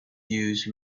use